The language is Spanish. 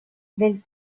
del